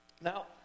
Now